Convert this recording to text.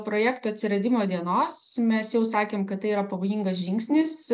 projekto atsiradimo dienos mes jau sakėm kad tai yra pavojingas žingsnis